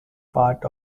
part